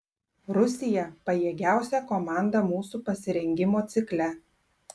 rusija pajėgiausia komanda mūsų pasirengimo cikle